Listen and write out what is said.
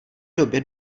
době